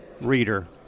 reader